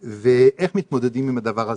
איך מתמודדים עם הדבר הזה?